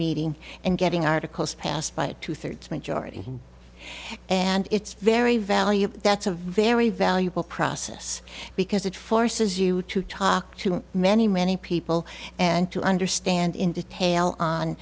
meeting and getting articles passed by a two thirds majority and it's very valuable that's a very valuable process because it forces you to talk to many many people and to understand in detail on